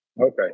Okay